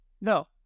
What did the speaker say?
no